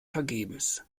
vergebens